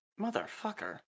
Motherfucker